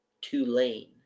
Tulane